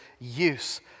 use